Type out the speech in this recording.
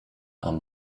are